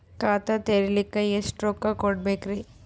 ಖಾತಾ ತೆರಿಲಿಕ ಎಷ್ಟು ರೊಕ್ಕಕೊಡ್ಬೇಕುರೀ?